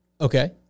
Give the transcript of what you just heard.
Okay